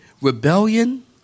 Rebellion